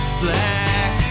black